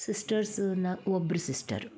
ಸಿಸ್ಟರ್ಸಿನ ಒಬ್ರು ಸಿಸ್ಟರು